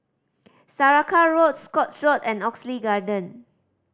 Saraca Road Scotts Road and Oxley Garden